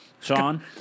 Sean